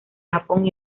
japón